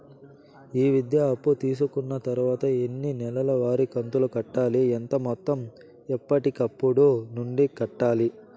ఈ విద్యా అప్పు తీసుకున్న తర్వాత ఎన్ని నెలవారి కంతులు కట్టాలి? ఎంత మొత్తం ఎప్పటికప్పుడు నుండి కట్టాలి?